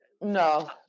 No